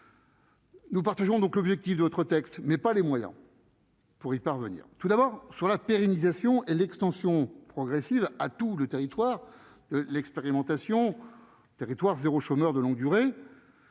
Nous partageons donc l'objectif d'autres textes, mais pas les moyens. Pour y parvenir, tout d'abord sur la pérennisation et l'extension progressive à tout le territoire, l'expérimentation territoire zéro, chômeur de longue durée,